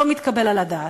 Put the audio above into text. לא מתקבל על הדעת.